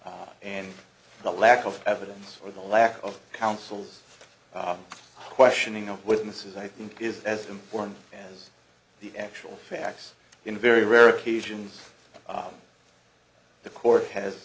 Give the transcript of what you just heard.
case and the lack of evidence or the lack of counsel's questioning of witnesses i think is as important as the actual facts in very rare occasions the court has